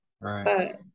Right